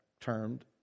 termed